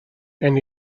and